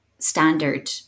standard